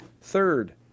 third